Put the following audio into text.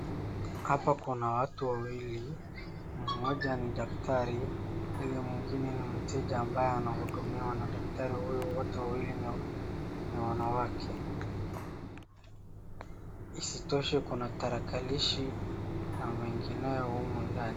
Hapa kuna watu wawili, mmoja ni daktari, yule mwingine ni mteja mbaye anahudumiwa na daktari huyo. Wote wawili ni wanawake. Isitoshe, kuna tarakilishi na mengineyo humu ndani.